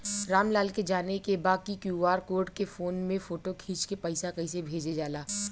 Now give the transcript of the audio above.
राम लाल के जाने के बा की क्यू.आर कोड के फोन में फोटो खींच के पैसा कैसे भेजे जाला?